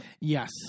Yes